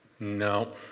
No